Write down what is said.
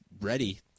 ready